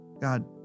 God